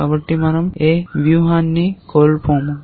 కాబట్టి మనం ఏ వ్యూహాన్ని కోల్పోము